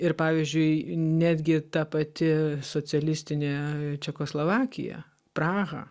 ir pavyzdžiui netgi ta pati socialistinė čekoslovakija praha